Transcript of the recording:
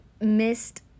missed